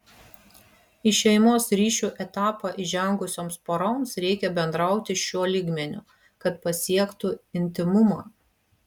į šeimos ryšių etapą įžengusioms poroms reikia bendrauti šiuo lygmeniu kad pasiektų intymumą